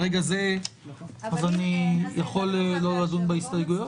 אז אני יכול לא לדון בהסתייגויות?